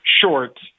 short